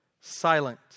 silent